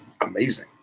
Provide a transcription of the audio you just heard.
amazing